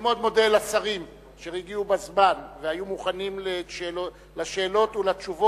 אני מאוד מודה לשרים אשר הגיעו בזמן והיו מוכנים לשאלות ולתשובות.